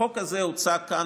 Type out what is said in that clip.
החוק הזה הוצג כאן,